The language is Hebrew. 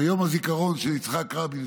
ביום הזיכרון של יצחק רבין,